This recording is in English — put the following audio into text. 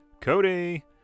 Cody